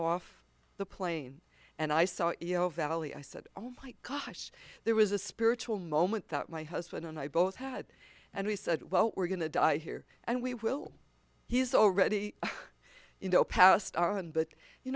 valley i said oh my gosh there was a spiritual moment that my husband and i both had and we said well we're going to die here and we will he's already you know passed on but you